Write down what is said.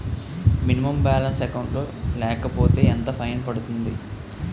Minimum balance account లో లేకపోతే ఎంత ఫైన్ పడుతుంది?